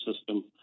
system